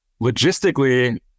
Logistically